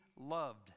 loved